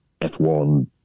F1